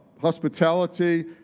hospitality